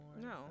No